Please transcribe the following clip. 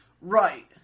Right